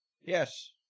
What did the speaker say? Yes